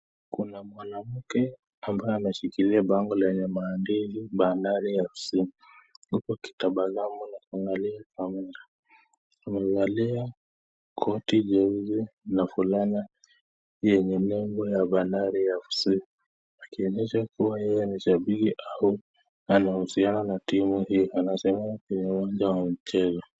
Kuna mwanamke ambaye anashikilia bango lenye maandishi Bandari FC huku akitabasamu na kuangalia kamera. Amevalia koti nyeusi na fulana yenye nembo ya Bandari FC ikionyesha kuwa yeye ni shabiki au ana uhusiano na timu hii anasimama kwenye uwanja wa michezo.